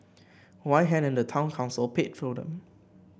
why hadn't the town council paid for them